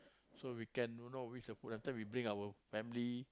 so we can don't know which to put that time we bring our family